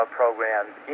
programs